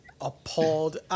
appalled